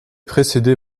précédé